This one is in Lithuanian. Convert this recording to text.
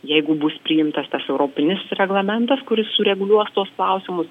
jeigu bus priimtas tas europinis reglamentas kuris sureguliuos tuos klausimus